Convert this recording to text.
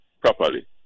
properly